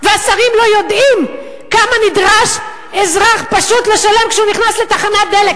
והשרים לא יודעים כמה נדרש אזרח פשוט לשלם כשהוא נכנס לתחנת דלק.